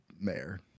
mayor